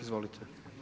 Izvolite.